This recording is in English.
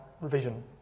revision